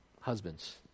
Husbands